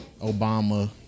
Obama